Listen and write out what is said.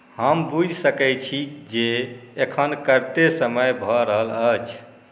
हम बूझ सकै छी जे एखन कते समय भऽ रहल अछि